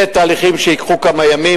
אלה תהליכים שייקחו כמה ימים,